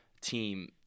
team